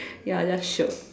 ya just shiok